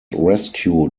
rescued